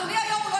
אדוני היו"ר,